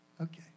Okay